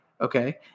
Okay